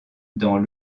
dans